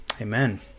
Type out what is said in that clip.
Amen